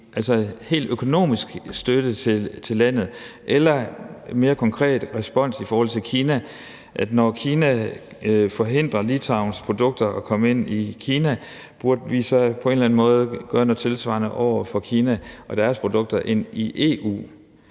EU, nemlig økonomisk støtte til landet eller mere konkret respons i forhold til Kina. Når Kina forhindrer Litauens produkter i at komme ind i Kina, burde vi så på en eller anden måde gøre noget tilsvarende over for Kina og deres produkter ind i EU?